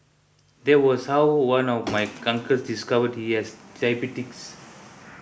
that was how one of my uncles discovered he has diabetes